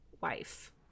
wife